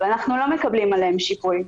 ואנחנו לא מקבלים עליהם שיפוי.